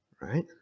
right